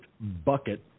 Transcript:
bucket